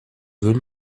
veux